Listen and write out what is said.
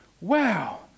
wow